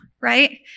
right